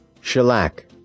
Shellac